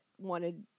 wanted